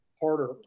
harder